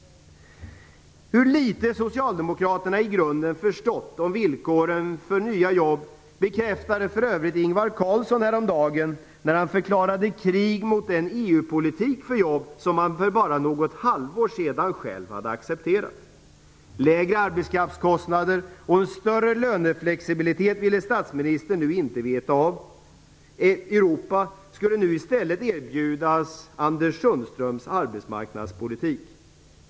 Hur litet Socialdemokraterna i grunden förstått om villkoren för nya jobb bekräftade för övrigt Ingvar Carlsson häromdagen, när han förklarade krig mot den EU-politik för jobb som han för bara något halvår sedan själv hade accepterat. Lägre arbetskraftskostnader och en större löneflexibilitet ville statsministern nu inte veta av. Europa skulle nu i stället erbjudas Anders Sundströms arbetsmarknadspolitik.